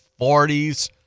40s